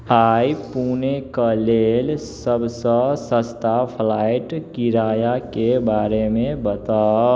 आइ पुणेके लेल सबसँ सस्ता फ्लाइट किराया के बारे मे बताउ